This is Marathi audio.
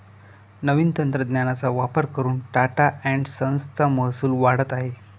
नवीन तंत्रज्ञानाचा वापर करून टाटा एन्ड संस चा महसूल वाढत आहे